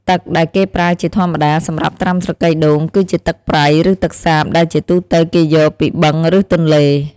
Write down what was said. ទឹកដែលគេប្រើជាធម្មតាសម្រាប់ត្រាំស្រកីដូង គឺជាទឹកប្រៃ ឬទឹកសាប ដែលជាទូទៅគេយកពីបឹង ឬទន្លេ។